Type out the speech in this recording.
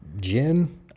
gin